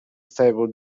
stable